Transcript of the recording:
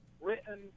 written